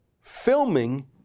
filming